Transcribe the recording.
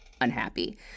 unhappy